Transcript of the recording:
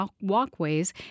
walkways